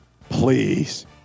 Please